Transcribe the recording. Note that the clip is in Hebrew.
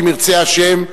אם ירצה השם,